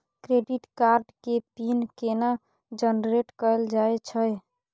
Credit card के PIN केना generate कैल जाए छै?